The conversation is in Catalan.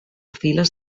files